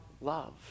love